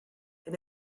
and